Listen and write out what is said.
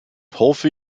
hoffe